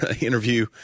interview